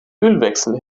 ölwechsel